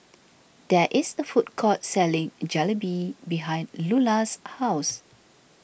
there is a food court selling Jalebi behind Lulla's house